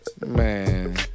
Man